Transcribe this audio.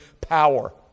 power